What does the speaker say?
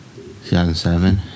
2007